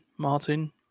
Martin